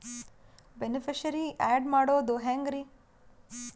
Beneficiary, add ಮಾಡೋದು ಹೆಂಗ್ರಿ?